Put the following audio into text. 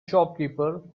shopkeeper